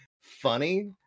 funny